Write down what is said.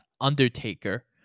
Undertaker